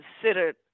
considered